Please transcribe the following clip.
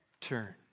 turn